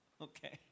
okay